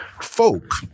folk